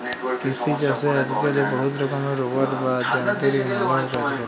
কিসি ছাসে আজক্যালে বহুত রকমের রোবট বা যানতিরিক মালব কাজ ক্যরে